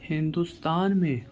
ہندوستان میں